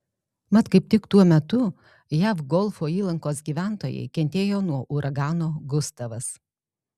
mat kaip tik tuo metu jav golfo įlankos gyventojai kentėjo nuo uragano gustavas